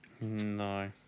no